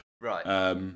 Right